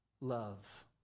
love